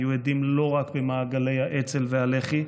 היו הדים לא רק במעגלי האצ"ל והלח"י.